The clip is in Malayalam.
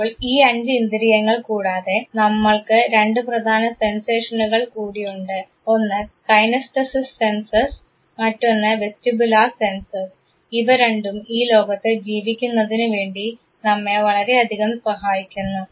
അപ്പോൾ ഈ അഞ്ച് ഇന്ദ്രിയങ്ങൾ കൂടാതെ നമ്മൾക്ക് രണ്ട് പ്രധാന സെൻസേഷനുകൾ കൂടിയുണ്ട് ഒന്ന് കൈനസ്തെസിസ് സെൻസസ് മറ്റൊന്ന് വെസ്റ്റിബുലാർ സെൻസസ് ഇവ രണ്ടും ഈ ലോകത്ത് ജീവിക്കുന്നതിനു വേണ്ടി നമ്മെ വളരെയധികം സഹായിക്കുന്നു